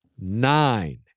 nine